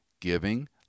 giving